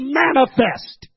manifest